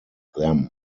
them